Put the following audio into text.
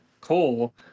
cool